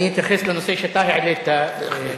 אני אתייחס לנושא שאתה העלית, בהחלט.